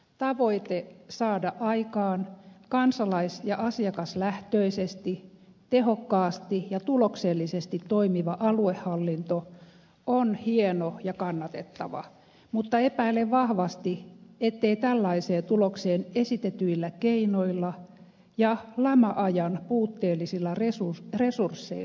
tavoite saada aikaan kansalais ja asiakaslähtöisesti tehokkaasti ja tuloksellisesti toimiva aluehallinto on hieno ja kannatettava mutta epäilen vahvasti ettei tällaiseen tulokseen esitetyillä keinoilla ja lama ajan puutteellisilla resursseilla päästä